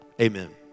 amen